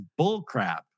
bullcrap